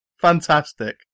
fantastic